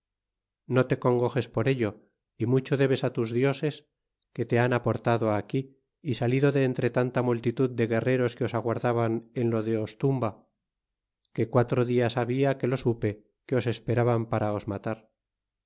no te congojes por ello y mucho debes tus dioses que te han aportado aquí y salido de entre tanta multitud de guerreros que os aguardaban en lo de ostumba que quatro días habia que lo supe que os esperaban para os matar